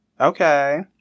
Okay